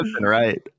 Right